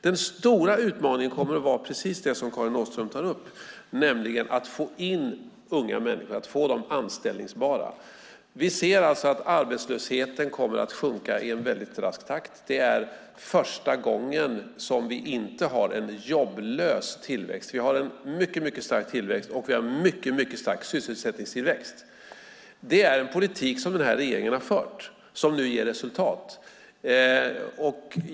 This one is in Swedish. Den stora utmaningen kommer att vara precis det som Karin Åström tar upp, nämligen att få unga människor anställningsbara. Vi ser att arbetslösheten kommer att sjunka i en mycket rask takt. Det är första gången som vi inte har en jobblös tillväxt. Vi har en mycket stark tillväxt, och vi har en mycket stark sysselsättningstillväxt. Det är den politik som den här regeringen har fört som nu ger resultat.